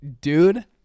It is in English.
dude